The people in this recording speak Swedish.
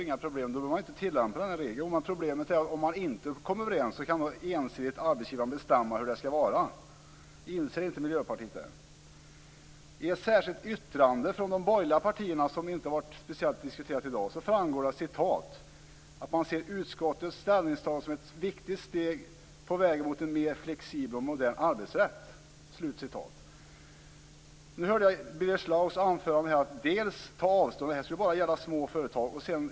Då behöver man inte tillämpa regeln. Men problemet är ju att om man inte kommer överens kan arbetsgivaren ensidigt bestämma. Inser inte Miljöpartiet det? I ett särskilt yttrande från de borgerliga partierna, som inte diskuterats speciellt i dag, framgår att man "ser utskottets ställningstagande som ett viktigt steg på vägen mot en mer flexibel och modern arbetsrätt". Jag hörde Birger Schlaug säga i sitt anförande att detta bara skulle gälla små företag.